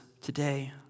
today